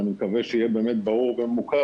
ואני מקווה שבאמת יהיה ברור וממוקד,